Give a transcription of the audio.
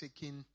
taking